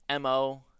MO